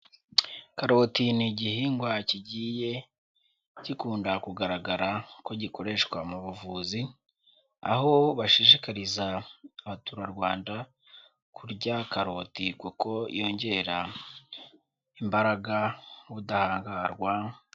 Karoti ni igihingwa kigiye gikunda kugaragara ko gikoreshwa mu buvuzi aho bashishikariza Abaturarwanda kurya karoti kuko yongera imbaraga n'ubudahangarwa.